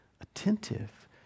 attentive